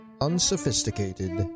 unsophisticated